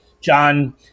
John